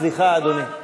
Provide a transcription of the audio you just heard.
סליחה, אדוני.